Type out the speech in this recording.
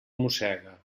mossega